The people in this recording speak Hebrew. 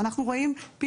יחד עם זאת,